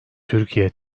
türkiye